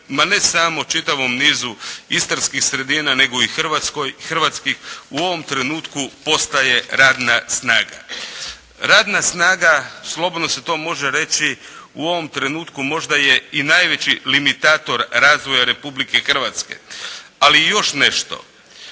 ma ne samo čitavom nizu istarskih sredina nego i hrvatskoj, hrvatski u ovom trenutku postaje radna snaga. Radna snaga slobodno se to može reći u ovom trenutku možda je i najveći limitator razvoja Republike Hrvatske. Ali i još nešto.